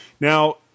Now